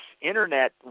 Internet